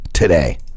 today